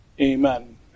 Amen